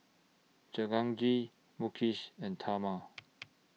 Jehangirr Mukesh and Tharman